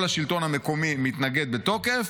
כל השלטון המקומי מתנגד בתוקף.